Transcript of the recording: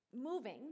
Moving